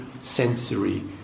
sensory